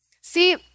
See